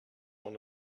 one